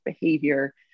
behavior